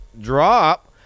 drop